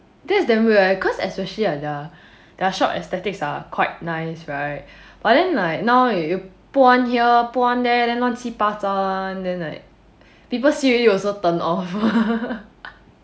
that is damn weird leh cause especially like the pch their shop aesthetics are quite nice right but then like now you put one here put one there then 乱七八糟 then like people see already also turn off